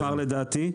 אבל נבחר לדעתי,